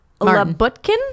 Labutkin